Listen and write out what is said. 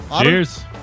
Cheers